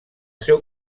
seu